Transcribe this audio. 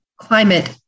climate